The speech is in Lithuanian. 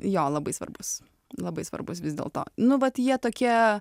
jo labai svarbus labai svarbus vis dėlto nu vat jie tokie